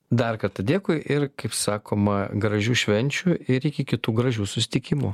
dar kartą dėkui ir kaip sakoma gražių švenčių ir iki kitų gražių susitikimų